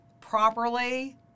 properly